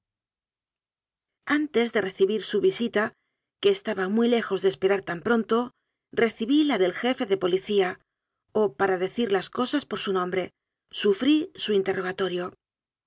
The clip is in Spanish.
antes de recibir su visita que estaba muy lejos de esperar tan pronto recibí la del jefe de poli cía o para decir las cosas por su nombre sufrí su interrogatorio